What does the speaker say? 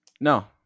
No